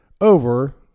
over